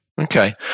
Okay